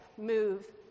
move